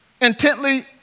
intently